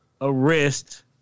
arrest